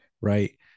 right